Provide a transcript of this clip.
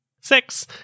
Six